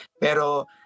Pero